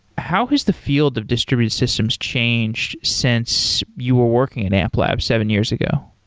how has the field of distributed systems changed since you were working at amplab seven years ago?